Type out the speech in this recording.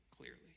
clearly